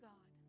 God